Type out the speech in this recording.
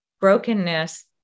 brokenness